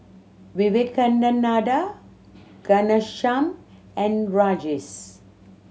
Vivekananda Ghanshyam and Rajesh